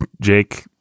Jake